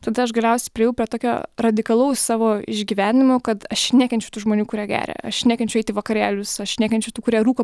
tada aš galiausiai priėjau prie tokio radikalaus savo išgyvenimo kad aš nekenčiu tų žmonių kurie geria aš nekenčiu eiti į vakarėlius aš nekenčiu tų kurie rūko